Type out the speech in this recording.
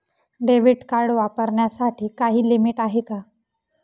Debit card वापरण्यासाठी काही limit आहे का?